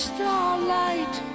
Starlight